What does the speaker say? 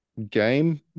game